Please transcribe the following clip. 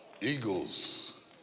eagles